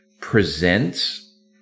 presents